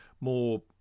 more